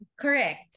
Correct